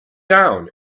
down